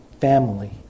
family